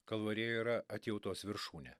kalvarijoje yra atjautos viršūnė